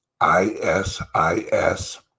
ISIS